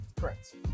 Correct